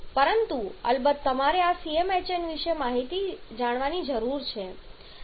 પરંતુ અલબત્ત તમારે આ CmHn વિશેની માહિતી જાણવાની જરૂર છે m અને n ના મૂલ્યો જાણવાની જરૂર છે